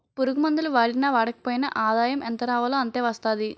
పురుగుమందులు వాడినా వాడకపోయినా ఆదాయం ఎంతరావాలో అంతే వస్తాది